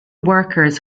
workers